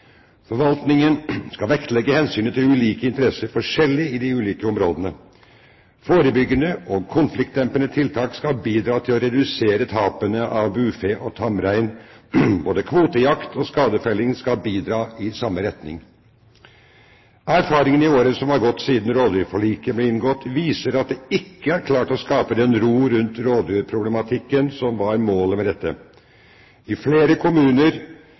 Forvaltningen skal vektlegge hensynet til ulike interesser forskjellig i de ulike områdene. Forebyggende og konfliktdempende tiltak skal bidra til å redusere tapene av bufe og tamrein. Både kvotejakt og skadefelling skal bidra i samme retning. Erfaringene i årene som er gått siden rovdyrforliket ble inngått, viser at man ikke har klart å skape den ro rundt rovdyrproblematikken som var målet med dette. I flere kommuner